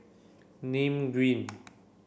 Nim Green